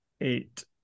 eight